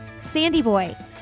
SANDYBOY